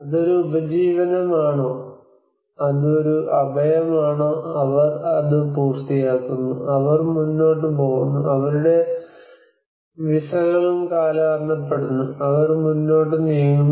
അത് ഒരു ഉപജീവനം ആണോ അത് ഒരു അഭയം ആണോ അവർ അത് പൂർത്തിയാക്കുന്നു അവർ മുന്നോട്ട് പോകുന്നു അവരുടെ വിസകളും കാലഹരണപ്പെടുന്നു അവർ മുന്നോട്ട് നീങ്ങുന്നു